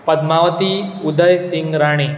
Padmavati Udaysing Rane